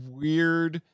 weird